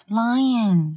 lion